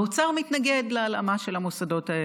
האוצר מתנגד להלאמה של המוסדות האלה,